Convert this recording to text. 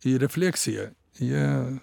į refleksiją jie